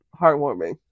heartwarming